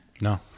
No